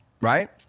right